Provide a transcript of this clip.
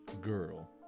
Girl